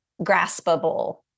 graspable